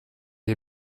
est